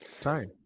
time